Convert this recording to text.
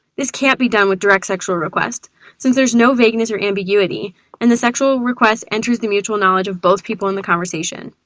this can't be done with direct sexual requests since there's no vagueness or ambiguity and the sexual request enters the mutual knowledge of both people in the conversation.